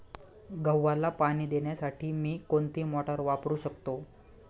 गव्हाला पाणी देण्यासाठी मी कोणती मोटार वापरू शकतो?